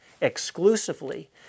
exclusively